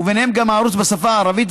ובהם הערוץ בשפה הערבית,